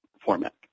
format